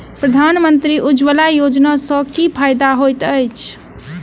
प्रधानमंत्री उज्जवला योजना सँ की फायदा होइत अछि?